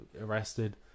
arrested